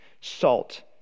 salt